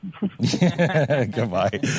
Goodbye